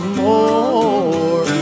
more